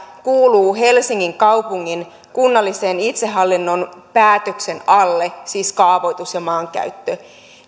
kuuluu helsingin kaupungin kunnallisen itsehallinnon päätöksen alle siis kaavoitus ja maankäyttö